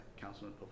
Councilman